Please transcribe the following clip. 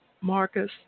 Marcus